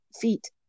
feet